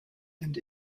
and